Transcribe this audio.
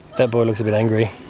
that boy looks a bit angry.